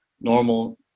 normal